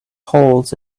holes